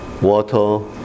water